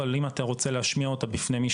אבל אם אתה רוצה להשמיע אותה בפני מי